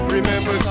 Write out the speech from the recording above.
Remember